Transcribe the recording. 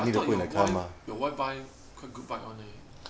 I thought your wife your wife buy quite good bike [one] eh